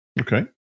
Okay